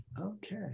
Okay